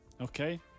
Okay